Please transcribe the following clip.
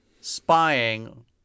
spying